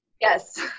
Yes